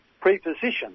pre-position